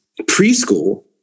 preschool